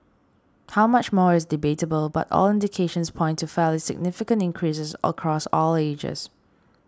how much more is debatable but all indications point to fairly significant increases across all ages